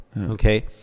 Okay